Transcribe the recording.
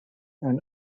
and